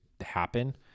happen